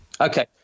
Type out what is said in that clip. Okay